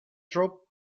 drop